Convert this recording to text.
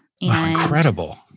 incredible